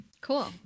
Cool